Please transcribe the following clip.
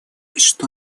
что